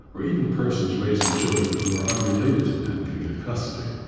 or even persons raising children who are unrelated to them can get custody.